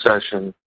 session